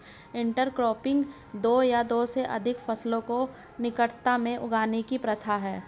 intercropping दो या दो से अधिक फसलों को निकटता में उगाने की प्रथा है